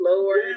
Lord